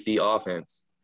offense